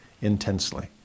intensely